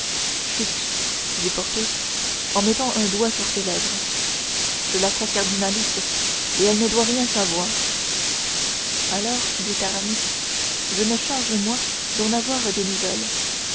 chut dit porthos en mettant un doigt sur ses lèvres je la crois cardinaliste et elle ne doit rien savoir alors dit aramis je me charge moi d'en avoir des nouvelles